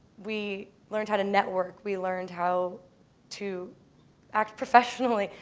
we learned how to network. we learned how to act professionally.